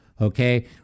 Okay